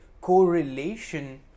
correlation